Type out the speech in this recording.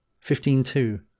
fifteen-two